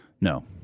no